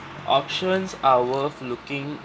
options are worth looking